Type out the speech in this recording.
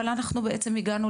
אבל הגענו